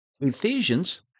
Ephesians